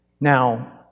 Now